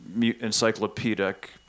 encyclopedic